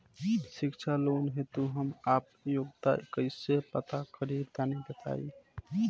शिक्षा लोन हेतु हम आपन योग्यता कइसे पता करि तनि बताई?